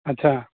अच्छा